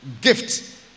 gift